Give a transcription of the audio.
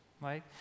right